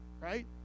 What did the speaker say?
right